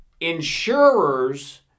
insurers